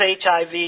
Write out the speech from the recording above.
HIV